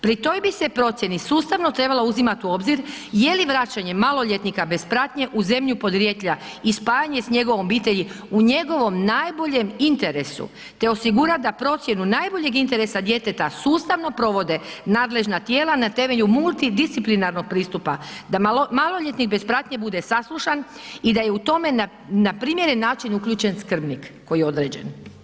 Pri toj bi se procjeni sustavno trebalo uzimati u obzir je li vraćanje maloljetnika bez pratnje u zemlju podrijetla i spajanje s njegovom obitelji u njegovom najboljem interesu te osigurati da procjenu najboljeg interesa djeteta sustavno provode nadležna tijela na temelju multidisciplinarnog pristupa, da maloljetnik bez pratnje bude saslušan i da je u tome na primjeren način uključen skrbnik koji je određen.